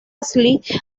ashley